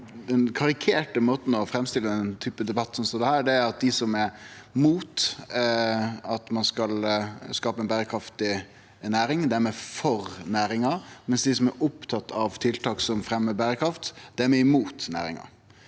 Den kari- kerte måten å framstille ein debatt som dette på er å seie at dei som er imot at ein skal skape ei berekraftig næring, er for næringa, mens dei som er opptatt av tiltak som fremjar berekraft, er imot næringa.